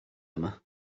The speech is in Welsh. yma